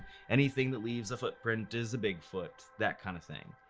anything that leaves a footprint is a bigfoot, that kind of thing.